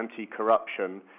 anti-corruption